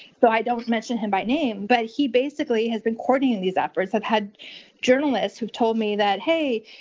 so i don't mention him by name, but he basically had been courting and these efforts. i've had journalist who have told me that hey,